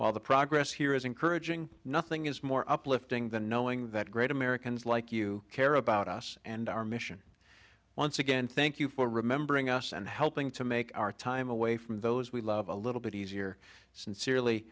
while the progress here is encouraging nothing is more uplifting than knowing that great americans like you care about us and our mission once again thank you for remembering us and helping to make our time away from those we love a little bit easier sincerely